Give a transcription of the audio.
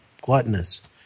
gluttonous